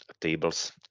tables